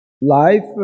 life